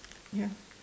ya